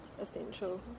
essential